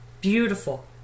beautiful